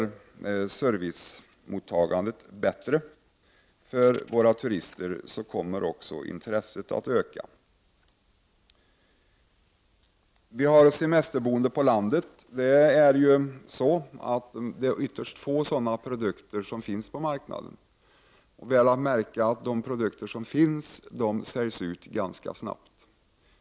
Om vi gör servicemottagandet bättre för våra turister, kommer också intresset att öka. Semesterboende på landet är något som i ytterst liten utsträckning finns att tillgå på marknaden. Väl att märka är att de produkter som finns på detta område säljs ut ganska snabbt.